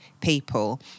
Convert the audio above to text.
people